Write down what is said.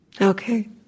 Okay